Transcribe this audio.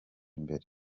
imbere